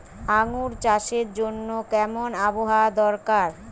আঙ্গুর চাষের জন্য কেমন আবহাওয়া দরকার?